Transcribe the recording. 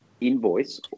invoice